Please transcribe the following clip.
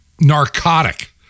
narcotic